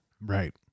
Right